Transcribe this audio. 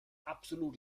absolut